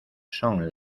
son